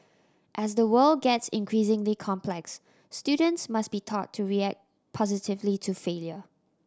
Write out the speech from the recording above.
as the world gets increasingly complex students must be taught to react positively to failure